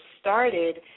started